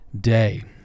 Day